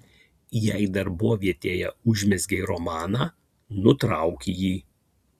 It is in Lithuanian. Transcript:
jei darbovietėje užmezgei romaną nutrauk jį